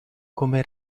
come